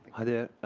hi, there.